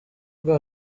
ubwo